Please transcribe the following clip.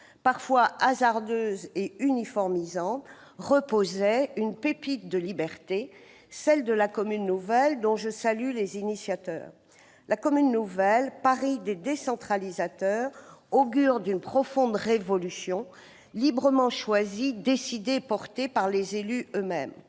parfois hasardeuses et uniformisantes, reposait une pépite de liberté, dont je salue les initiateurs : la commune nouvelle, pari des décentralisateurs, augure d'une profonde révolution, librement choisie, décidée et portée par les élus eux-mêmes.